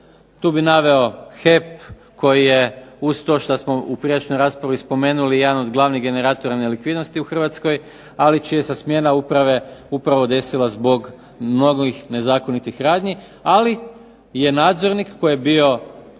Tu bi naveo HEP koji je uz to što smo u prijašnjoj raspravi spomenuli jedan od glavnih generatora nelikvidnosti u Hrvatskoj, ali čija se smjena uprave upravo desila zbog mnogih nezakonitih radnji, ali je nadzorni koji je bio